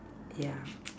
yeah